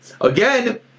Again